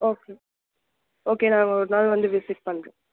okay okay நான் ஒரு நாள் வந்து விசிட் பண்ணுறன்